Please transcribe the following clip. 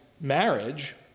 marriage